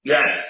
Yes